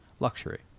luxury